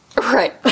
right